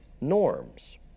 norms